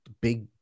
big